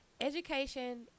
education